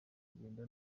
kugenda